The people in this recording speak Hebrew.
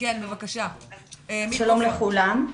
שלום לכולם.